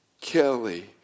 Kelly